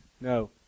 No